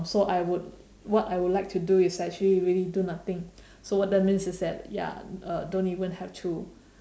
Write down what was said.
so I would what I would like to do is actually really do nothing so what that means is that ya uh don't even have to